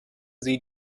sie